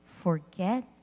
forget